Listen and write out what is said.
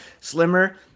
slimmer